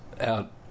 Out